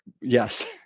yes